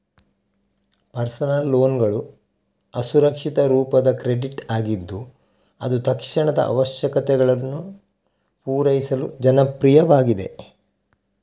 personal ಲೋನ್ಗಳು ಅಸುರಕ್ಷಿತ ರೂಪದ ಕ್ರೆಡಿಟ್ ಆಗಿದ್ದು ಅದು ತಕ್ಷಣದ ಅವಶ್ಯಕತೆಗಳನ್ನು ಪೂರೈಸಲು ಜನಪ್ರಿಯವಾಗಿದೆ